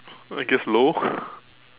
I guess low